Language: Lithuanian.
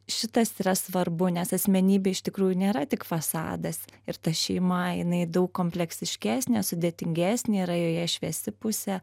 šitas yra svarbu nes asmenybė iš tikrųjų nėra tik fasadas ir ta šeima jinai daug kompleksiškesnė sudėtingesnė yra joje šviesi pusė